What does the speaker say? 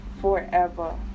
forever